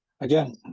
again